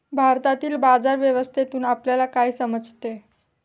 भारतातील बाजार व्यवस्थेतून आपल्याला काय समजते?